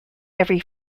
every